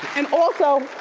and also,